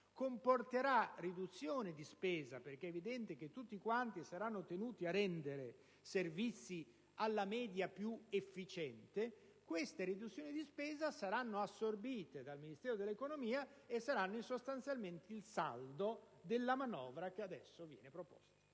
comporterà una riduzione di spesa, perché è evidente che tutti saranno tenuti a rendere servizi alla media più efficiente, tali riduzioni di spesa saranno assorbite dal Ministero dell'economia e saranno sostanzialmente il saldo della manovra che adesso viene proposta.